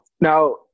now